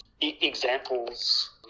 examples